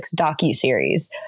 docuseries